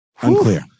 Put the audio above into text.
Unclear